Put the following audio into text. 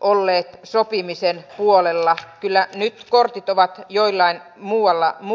olleet sopimisen puolella kyllä nyt kortit ovat jollain muulla taholla